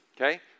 okay